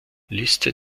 liste